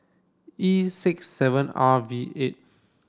E six seven R V eight